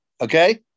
Okay